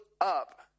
up